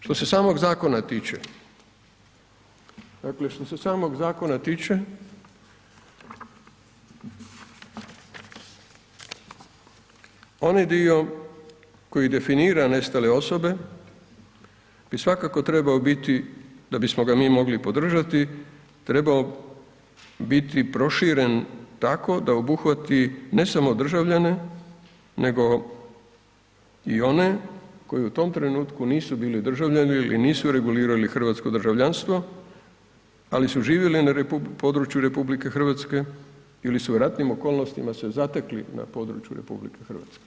Što se samog zakona, tiče, onaj dio koji definira nestale osobe bi svakako trebao biti, da bismo ga mi mogli podržati trebao biti proširen tako da obuhvati, ne samo državljane, nego i one koji u tom trenutku nisu bili državljani ili nisu reguliraju hrvatsko državljanstvo, ali su živjeli na području RH ili su u ratnim okolnostima se zatekli na području RH.